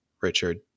Richard